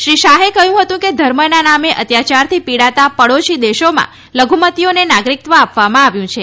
શ્રી શાહે કહ્યું હતું કે ધર્મના નામે અત્યાચારથી પીડાતા પડોશી દેશોમાં લઘુમતીઓને નાગરિકત્વ આપવામાં આવ્યું છે